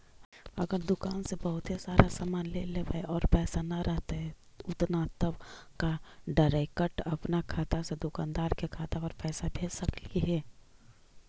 अगर दुकान से बहुत सारा सामान ले लेबै और पैसा न रहतै उतना तब का डैरेकट अपन खाता से दुकानदार के खाता पर पैसा भेज सकली हे?